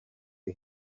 you